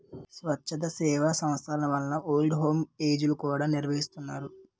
స్వచ్ఛంద సేవా సంస్థల వలన ఓల్డ్ హోమ్ ఏజ్ లు కూడా నిర్వహిస్తున్నారు